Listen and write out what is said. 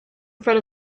front